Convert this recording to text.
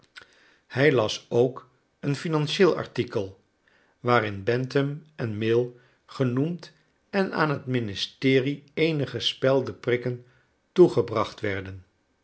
hij las ook een financiëel artikel waarin bentham en mill genoemd en aan het ministerie eenige speldeprikken toegebracht werden